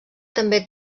també